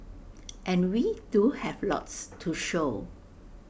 and we do have lots to show